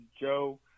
Joe